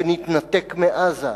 שנתנתק מעזה,